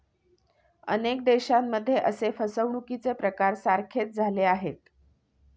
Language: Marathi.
अनेक देशांमध्ये असे फसवणुकीचे प्रकार सारखेच झाले आहेत